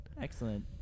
Excellent